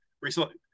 recently